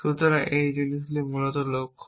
সুতরাং এই জিনিসটি মূলত লক্ষ্য